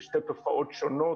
אלה שתי תופעות שונות,